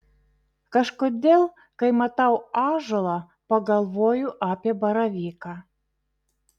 kažkodėl kai matau ąžuolą pagalvoju apie baravyką